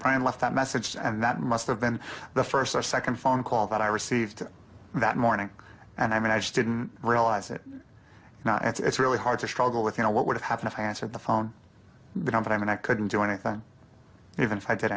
i left that message and that must have been the first or second phone call that i received that morning and i mean i just didn't realize it now it's really hard to struggle with you know what would happen if i answered the phone but i mean i couldn't do anything and even if i did